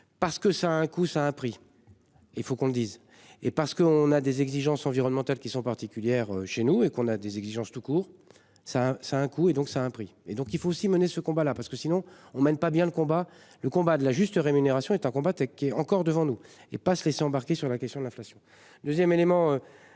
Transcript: Parce que ça a un coût, ça a un prix. Il faut qu'on le dise et parce qu'on a des exigences environnementales qui sont particulières chez nous et qu'on a des exigences tout court ça ça a un coût et donc ça a un prix et donc il faut aussi mener ce combat-là parce que sinon on mène pas bien le combat. Le combat de la juste rémunération est un combat et qui est encore devant nous et pas se laisser embarquer sur la question de l'inflation 2ème élément.